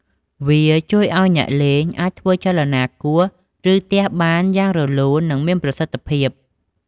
វាជួយឲ្យអ្នកលេងអាចធ្វើចលនាគោះ ឬទះបានយ៉ាងរលូន និងមានប្រសិទ្ធភាព។